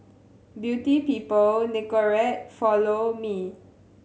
Beauty People Nicorette Follow Me